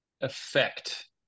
effect